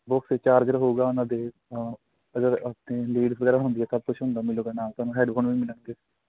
ਦੋ ਚਾਰਜਰ ਹੋਊਗਾ ਉਹਨਾਂ ਦੇ ਅਗਰ ਅਸੀਂ ਲੇਟ ਫਿਰ ਹੁੰਦੀ